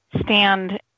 stand